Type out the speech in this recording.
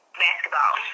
basketball